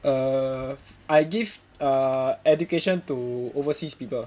err I give err education to overseas people